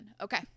Okay